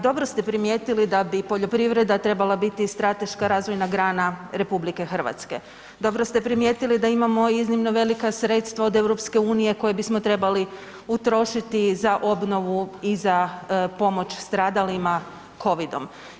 Dobro ste primijetili da bi poljoprivreda trebala biti strateška razvojna grana RH, dobro ste primijetili da imamo iznimno velika sredstva od EU koja bismo trebali utrošiti za obnovu i za pomoć stradalima covid-om.